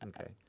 Okay